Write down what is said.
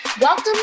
Welcome